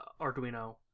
Arduino